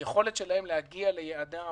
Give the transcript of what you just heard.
היכולת שלהם להגיע ליעדם